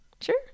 Sure